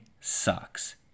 sucks